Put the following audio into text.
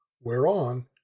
whereon